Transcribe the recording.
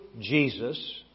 Jesus